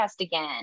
again